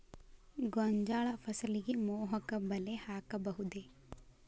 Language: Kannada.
ಗೋಂಜಾಳ ಫಸಲಿಗೆ ಮೋಹಕ ಬಲೆ ಹಾಕಬಹುದೇ?